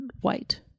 white